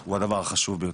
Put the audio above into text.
הוא הדבר החשוב ביותר.